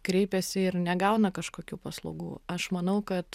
kreipiasi ir negauna kažkokių paslaugų aš manau kad